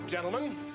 Gentlemen